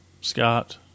Scott